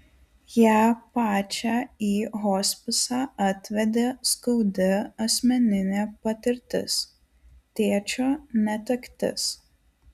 ją pačią į hospisą atvedė skaudi asmeninė patirtis tėčio netektis